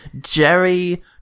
Jerry